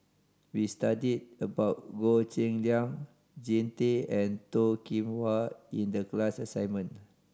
we studied about Goh Cheng Liang Jean Tay and Toh Kim Hwa in the class assignment